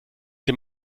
dem